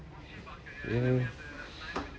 mmhmm